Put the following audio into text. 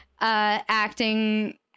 acting